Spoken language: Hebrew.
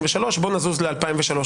ב-2023, בואו נזוז ל-2003.